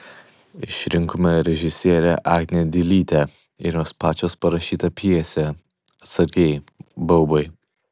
išrinkome režisierę agnę dilytę ir jos pačios parašytą pjesę atsargiai baubai